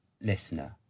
listener